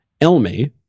Elmi